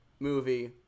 Movie